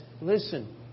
listen